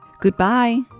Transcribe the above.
Goodbye